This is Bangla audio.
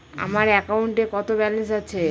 আমার অ্যাকাউন্টে কত ব্যালেন্স আছে?